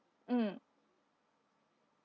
mm